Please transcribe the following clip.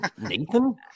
Nathan